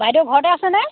বাইদেউ ঘৰতে আছেনে